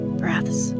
breaths